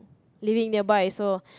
living nearby so